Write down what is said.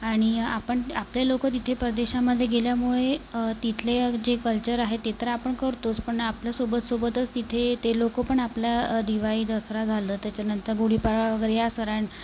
आणि आपण आपले लोक तिथे परदेशामध्ये गेल्यामुळे तिथले जे कल्चर आहे ते तर आपण करतोच पण आपल्यासोबत सोबतच तिथे ते लोक पण आपला दिवाळी दसरा झालं त्याच्यानंतर गुढीपाडवा वगैरे या सरा